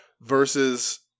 versus